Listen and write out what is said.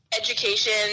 education